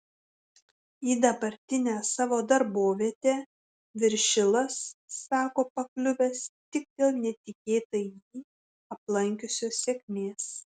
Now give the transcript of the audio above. į dabartinę savo darbovietę viršilas sako pakliuvęs tik dėl netikėtai jį aplankiusios sėkmės